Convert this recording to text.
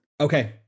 okay